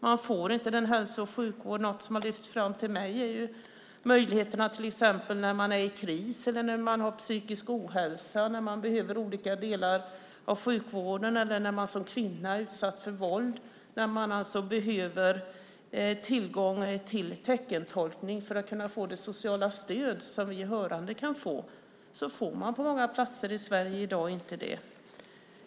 De får inte hälso och sjukvård. Något som har lyfts fram för mig är att till exempel den som är i kris eller har psykisk ohälsa, någon som behöver tillgång till olika delar av sjukvården eller när man som kvinna är utsatt för våld och alltså behöver tillgång till teckentolkning för att kunna få det sociala stöd som vi hörande kan få så får man på många platser i Sverige inte det i dag.